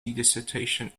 dissertation